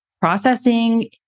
processing